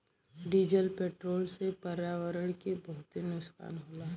diesel petrol से पर्यावरण के बहुते नुकसान होला